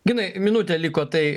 ginai minutė liko tai